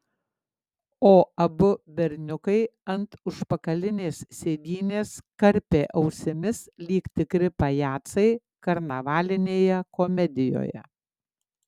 o abu berniukai ant užpakalinės sėdynės karpė ausimis lyg tikri pajacai karnavalinėje komedijoje